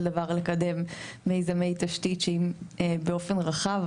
דבר לקדם מיזמי תשתית שאם באופן רחב,